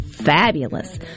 fabulous